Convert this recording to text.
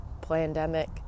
pandemic